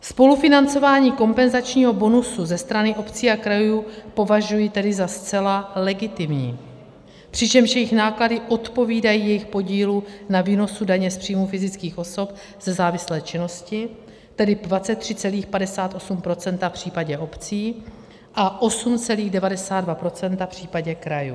Spolufinancování kompenzačního bonusu ze strany obcí a krajů považuji tedy za zcela legitimní, přičemž jejich náklady odpovídají jejich podílu na výnosu daně z příjmu fyzických osob ze závislé činnosti, tedy 23,58 % v případě obcí a 8,92 % v případě krajů.